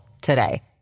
today